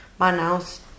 Manaus